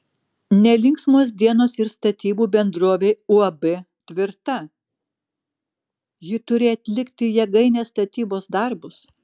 nelinksmos dienos ir statybų bendrovei uab tvirta ji turėjo atlikti jėgainės statybos darbus